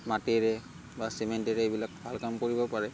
মাটিৰে বা চিমেণ্টেৰে এইবিলাক ভাল কাম কৰিব পাৰে